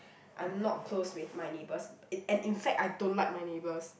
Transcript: I'm not close with my neighbours and in fact I don't like my neighbours